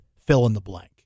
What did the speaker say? fill-in-the-blank